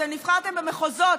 אתם נבחרתם במחוזות,